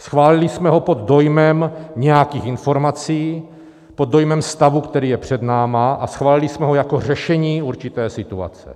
Schválili jsme ho pod dojmem nějakých informací, pod dojmem stavu, který je před námi, a schválili jsme ho jako řešení určité situace.